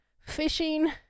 fishing